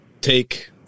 take